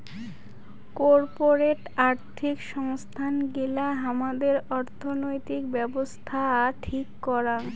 corporate আর্থিক সংস্থান গিলা হামাদের অর্থনৈতিক ব্যাবছস্থা ঠিক করাং